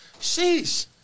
Sheesh